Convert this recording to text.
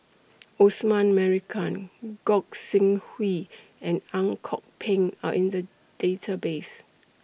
Osman Merican Gog Sing Hooi and Ang Kok Peng Are in The Database